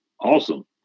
awesome